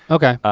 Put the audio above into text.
okay.